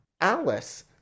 Alice